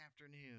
afternoon